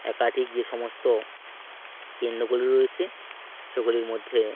একাধিক যে সমস্ত কেন্দ্রগুলি রয়েছে সেগুলির মধ্যে